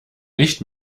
nicht